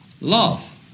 love